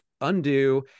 undo